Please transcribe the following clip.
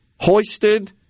hoisted